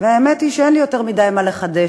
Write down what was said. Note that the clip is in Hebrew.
והאמת היא שאין לי יותר מדי מה לחדש,